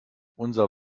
unser